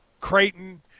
Creighton